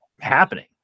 happening